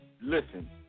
listen